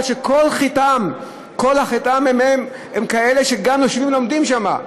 שכל חטאם שהם כאלה שגם יושבים ולומדים שם.